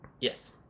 Yes